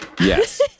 Yes